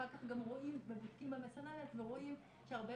אחר כך רואים ובודקים במסננת ורואים שהרבה